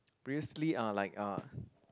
previously uh like uh